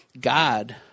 god